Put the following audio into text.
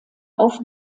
auf